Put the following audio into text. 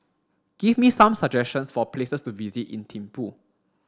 give me some suggestions for places to visit in Thimphu